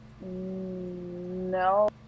No